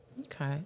Okay